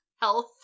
health